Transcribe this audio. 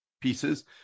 pieces